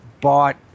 bought